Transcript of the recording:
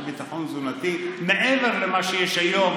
של ביטחון תזונתי מעבר למה שיש היום.